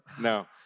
No